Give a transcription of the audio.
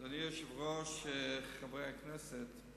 אדוני היושב-ראש, חברי הכנסת,